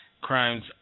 crimes